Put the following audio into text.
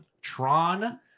Tron